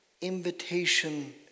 invitation